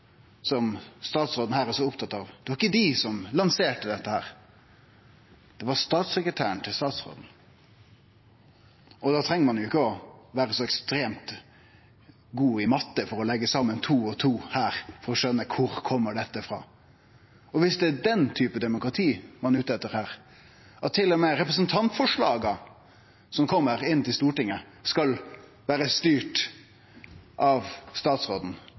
som statsråden her er så opptatt av – som lanserte dette. Det var statssekretæren til statsråden. Da treng ein ikkje å vere så ekstremt god i matte for å leggje saman to og to her for å skjøne kvar dette kjem ifrå. Viss det er den typen demokrati ein er ute etter her, at til og med representantforslaga som kjem inn til Stortinget, skal vere styrte av statsråden,